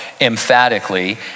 emphatically